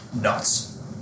nuts